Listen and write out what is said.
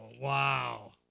wow